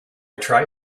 try